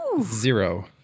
Zero